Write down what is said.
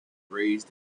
raised